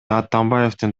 атамбаевдин